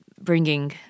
bringing